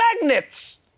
magnets